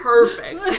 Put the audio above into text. Perfect